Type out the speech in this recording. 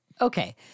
Okay